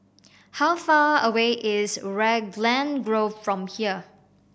how far away is Raglan Grove from here